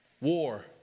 War